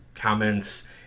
Comments